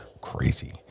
crazy